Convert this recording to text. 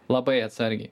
labai atsargiai